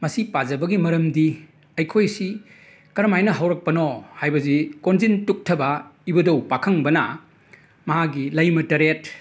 ꯃꯁꯤ ꯄꯥꯖꯕꯒꯤ ꯃꯔꯝꯗꯤ ꯑꯩꯈꯣꯏꯁꯤ ꯀꯔꯃꯥꯏꯅ ꯍꯧꯔꯛꯄꯅꯣ ꯍꯥꯏꯕꯁꯤ ꯀꯣꯟꯖꯤꯟ ꯇꯨꯛꯊꯕ ꯏꯕꯨꯗꯧ ꯄꯥꯈꯪꯕꯅ ꯃꯥꯒꯤ ꯂꯩꯃ ꯇꯔꯦꯠ